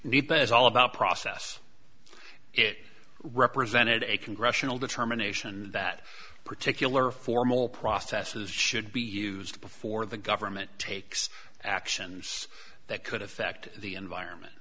but it's all about process it represented a congressional determination that particular formal processes should be used before the government takes action that could affect the environment